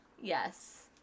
Yes